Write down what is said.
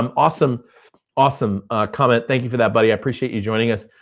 um awesome awesome comment, thank you for that buddy. i appreciate you joining us.